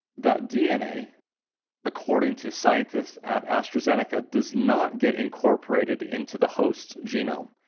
that dna according to scientists at astrazeneca does not get incorporated into the host's genome.